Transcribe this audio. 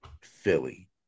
Philly